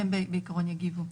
בעיקרון יגיבו.